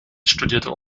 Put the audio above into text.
studierte